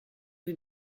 rue